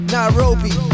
Nairobi